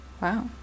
Wow